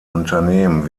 unternehmen